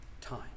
time